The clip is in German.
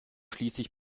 schließlich